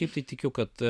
tikrai tikiu kad